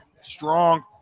strong